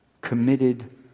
committed